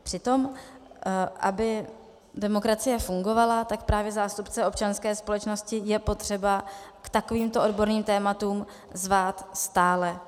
Přitom aby demokracie fungovala, tak právě zástupce občanské společnosti je potřeba k takovýmto odborným tématům zvát stále.